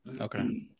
Okay